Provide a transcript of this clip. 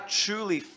truly